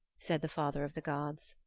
said the father of the gods.